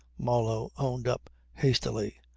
marlow owned up hastily.